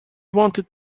wanted